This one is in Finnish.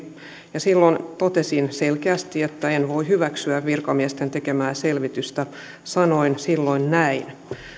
ja silloin totesin selkeästi että en voi hyväksyä virkamiesten tekemää selvitystä sanoin silloin näin